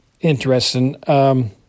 interesting